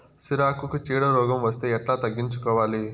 సిరాకుకు చీడ రోగం వస్తే ఎట్లా తగ్గించుకోవాలి?